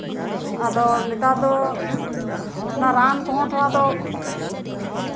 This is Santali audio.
ᱟᱫᱚ ᱱᱮᱛᱟᱨ ᱫᱚ ᱚᱱᱟ ᱨᱟᱱ ᱠᱚᱦᱚᱸ ᱛᱷᱚᱲᱟ ᱫᱚ